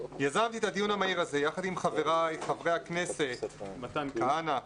יזמתי את הדיון המהיר הזה יחד עם חבריי חברי הכנסת מתן כהנא,